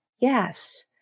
Yes